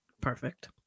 Perfect